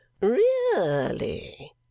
Really